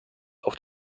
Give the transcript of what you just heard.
auf